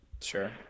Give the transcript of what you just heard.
Sure